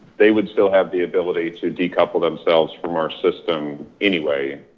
they would still have the ability to decouple themselves from our system anyway,